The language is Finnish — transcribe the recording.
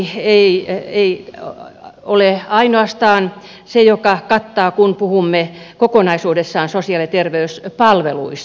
vanhuspalvelulaki ei ole ainoastaan se joka kattaa asiat kun puhumme kokonaisuudessaan sosiaali ja terveyspalveluista